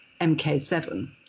MK7